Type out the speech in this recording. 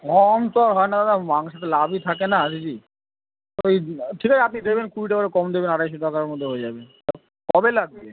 কম তো আর হয় না দাদা মাংসে তো লাভই থাকে না দিদি ওই ঠিক আছে আপনি দেবেন কুড়ি টাকা করে কম দেবেন আড়াইশো টাকার মধ্যে হয়ে যাবে কবে লাগবে